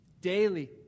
Daily